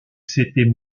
c’était